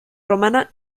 romana